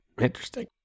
Interesting